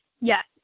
Yes